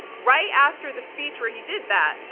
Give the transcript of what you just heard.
right after the speech where he did that,